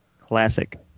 Classic